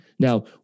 Now